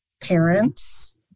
parents